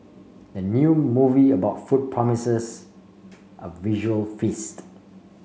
the new movie about food promises a visual feast